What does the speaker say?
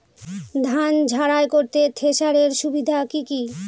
ধান ঝারাই করতে থেসারের সুবিধা কি কি?